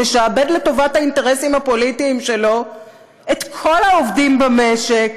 משעבד לטובת האינטרסים הפוליטיים שלו את כל העובדים במשק.